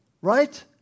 right